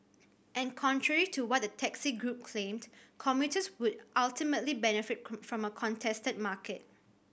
and contrary to what the taxi group claimed commuters would ultimately benefit from a contested market